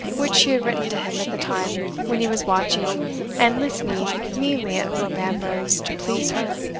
which she had written to him at the time when he was watching and listening meanly at thorpe ambrose to please her.